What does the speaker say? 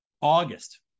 August